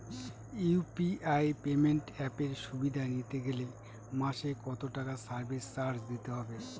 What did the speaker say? UPI payment অ্যাপের সুবিধা নিতে গেলে মাসে কত টাকা সার্ভিস চার্জ দিতে হবে?